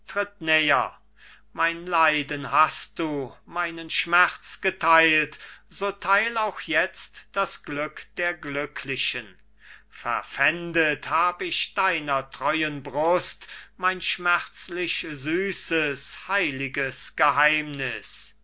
mein leiden hast du meinen schmerz getheilt so theil auch jetzt das glück der glücklichen verpfändet hab ich deiner treuen brust mein schmerzlich süßes heiliges geheimniß